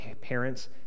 parents